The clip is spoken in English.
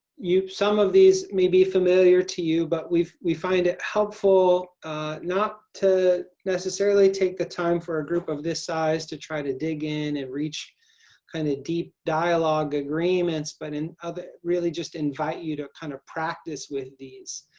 you some of these may be familiar to you, but we've we find it helpful not to necessarily take the time for a group of this size to try to dig in and reach kind of deep dialogue agreements, but in other really just invite you to kind of practice with these.